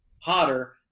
hotter